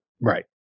Right